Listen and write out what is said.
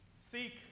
seek